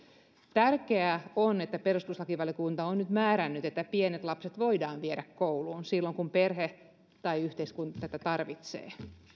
tärkeää on että perustuslakivaliokunta on nyt määrännyt että pienet lapset voidaan viedä kouluun silloin kun perhe tai yhteiskunta tätä tarvitsee